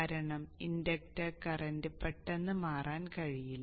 കാരണം inductor current പെട്ടെന്ന് മാറാൻ കഴിയില്ല